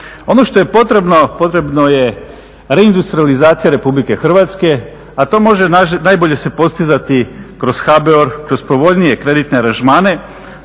Ono što je potrebno, potrebno je reindustrijalizacija Republike Hrvatske, a to se može najbolje se postizati kroz HBOR, kroz povoljnije kreditne aranžmane.